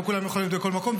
לא כולם יכולים להיות בכל מקום.